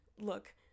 look